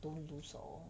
don't lose all